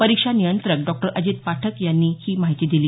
परीक्षा नियंत्रक डॉ अजित पाठक यांनी ही माहिती दिली